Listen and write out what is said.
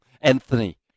Anthony